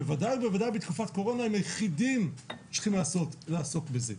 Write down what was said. בוודאי ובוודאי בתקופת קורונה הם היחידים שצריכים לעסוק בזה.